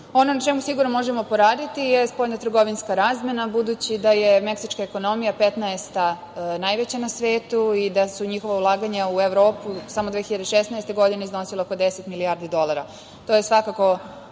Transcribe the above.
na čemu sigurno možemo poraditi je spoljno-trgovinska razmena, budući da je meksička ekonomija 15, najveća na svetu i da su njihova ulaganja u Evropu samo 2016. godine iznosila oko 10 milijardi dolara. Spoljno-trgovinska